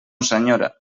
senyora